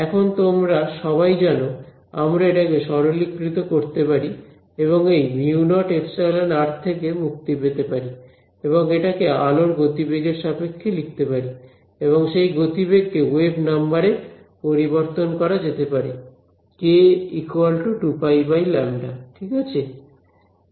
এখন তোমরা সবাই জানো আমরা এটাকে সরলীকৃত করতে পারি এবং এই μ0ε থেকে মুক্তি পেতে পারি এবং এটাকে আলোর গতিবেগ এর সাপেক্ষে লিখতে পারি এবং সেই গতিবেগ কে ওয়েভ নাম্বার এ পরিবর্তন করা যেতে পারে k 2πλ ঠিক আছে